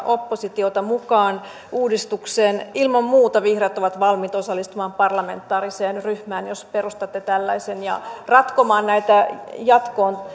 oppositiota mukaan uudistukseen ilman muuta vihreät ovat valmiita osallistumaan parlamentaariseen ryhmään jos perustatte tällaisen ja ratkomaan näitä